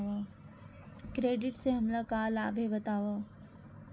Credit से हमला का लाभ हे बतावव?